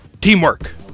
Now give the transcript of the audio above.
Teamwork